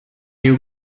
you